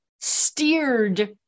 steered